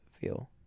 feel